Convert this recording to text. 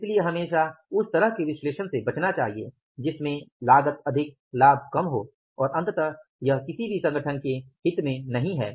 इसलिए हमेशा उस तरह के विश्लेषण से बचना चाहिए जिसमे लागत अधिक लाभ कम हो और अंततः यह किसी भी संगठन के हित में नहीं है